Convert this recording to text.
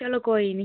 चलो कोई निं